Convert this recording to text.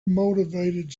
motivated